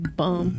bum